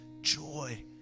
joy